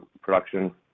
production